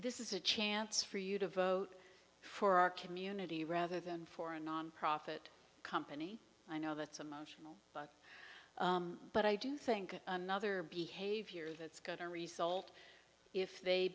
this is a chance for you to vote for our community rather than for a nonprofit company i know that's a motion but but i do think another behavior that's going to result if they